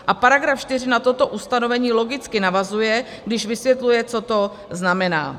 A § 4 na toto ustanovení logicky navazuje, když vysvětluje, co to znamená.